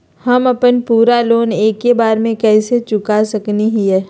हम अपन पूरा लोन एके बार में कैसे चुका सकई हियई?